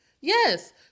Yes